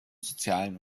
sozialen